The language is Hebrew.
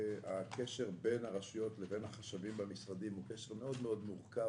הקשר בין הרשויות המקומיות לבין החשבים במשרדים הוא קשר מורכב מאוד.